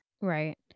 Right